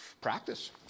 practice